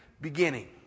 beginning